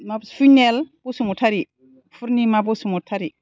Sunil Basumatary Purnima Basumatary